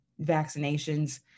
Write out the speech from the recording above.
Vaccinations